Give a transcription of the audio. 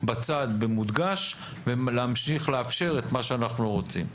בצד במודגש ולהמשיך לאפשר את מה שאנחנו רוצים.